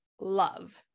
love